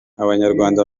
abanyarwanda